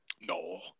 No